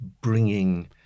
bringing